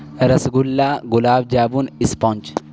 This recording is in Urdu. رس گلا گلاب جامن اسپنچ